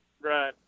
Right